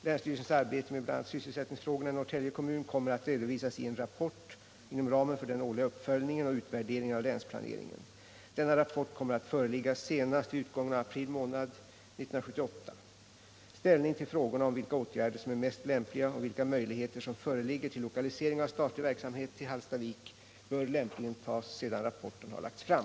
Länsstyrelsens arbete med bl.a. sysselsättningsfrågorna i Norrtälje kommun kommer att redovisas i en rapport inom ramen för den årliga uppföljningen och utvärderingen av länsplaneringen. Denna rapport kommer att föreligga senast vid utgången av april månad 1978. Ställning till frågorna om vilka åtgärder som är mest lämpliga och vilka möjligheter som föreligger att lokalisera statlig verksamhet till Hallstavik bör lämpligen tas sedan rapporten har lagts fram.